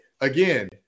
again